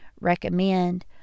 recommend